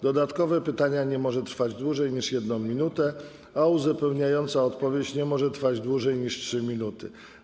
Dodatkowe pytanie nie może trwać dłużej niż 1 minutę, a uzupełniająca odpowiedź nie może trwać dłużej niż 3 minuty.